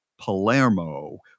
Palermo